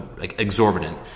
exorbitant